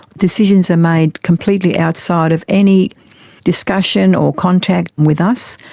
decisions are made completely outside of any discussion or contact with us,